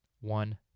One